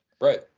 Right